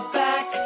back